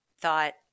thought